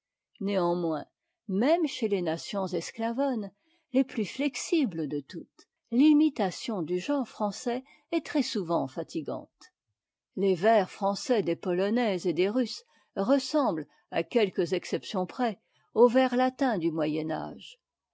néanmoins même chez les nations esctavones les plus flexibles de toutes t'imitation du genre français est très-souvent fatigante les vers français des polonais et des russes ressemblent à quelques expressions près aux vers latins du